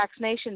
vaccinations